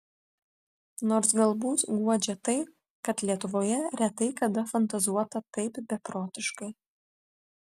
nors galbūt guodžia tai kad lietuvoje retai kada fantazuota taip beprotiškai